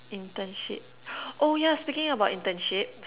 internship oh yeah speaking about internship